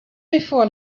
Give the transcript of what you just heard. before